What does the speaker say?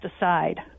aside